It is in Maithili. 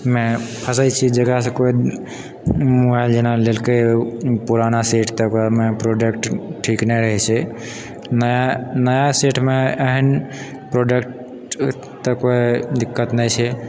मे फँसै छियै जकरा सँ कोइ मोबाइल जेना लेलकै पुराना सेट तऽ ओकरामे प्रोडक्ट ठीक नहि रहै छै नया नया सेटमे एहन प्रोडक्ट तऽ कोइ दिक्कत नहि छै